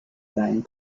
sein